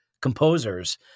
composers